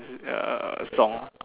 uh song